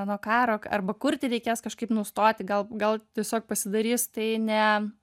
nuo karo arba kurti reikės kažkaip nustoti gal gal tiesiog pasidarys tai ne